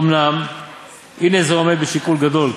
אומנם הנה זה עומד בשיקול גדול,